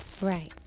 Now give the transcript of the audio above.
Right